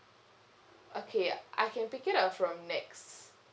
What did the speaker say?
okay I can pick it up from NEX